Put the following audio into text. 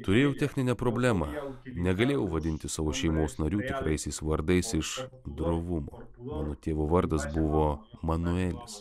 turėjau techninę problemą negalėjau vadinti savo šeimos narių tikraisiais vardais iš drovumo mano tėvo vardas buvo manuelis